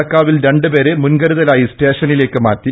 നടക്കാവിൽ രണ്ട് പേരെ മുൻകരുതലായി സ്റ്റേഷനിലേക്ക് മാറ്റി